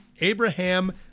Abraham